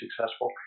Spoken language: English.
successful